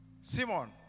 Simon